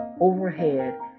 overhead